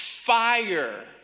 Fire